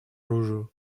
оружию